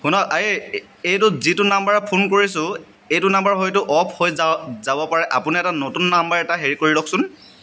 শুনক এই এইটো যিটো নাম্বাৰত ফোন কৰিছোঁ এইটো নাম্বাৰ হয়টো অফ হৈ যা যাব পাৰে আপুনি এটা নতুন নাম্বাৰ এটা হেৰি কৰি লওকচোন